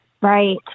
Right